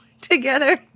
together